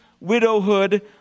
widowhood